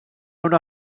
una